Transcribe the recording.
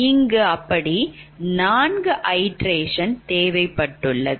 இங்கு அப்படி நான்கு iteration தேவைப்படுகிறது